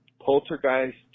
poltergeist